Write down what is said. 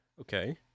okay